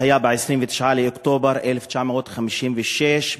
שהיה ב-29 באוקטובר 1956,